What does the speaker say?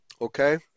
okay